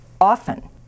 often